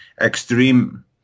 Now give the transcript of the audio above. extreme